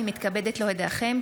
אני מתכבדת להודיעכם,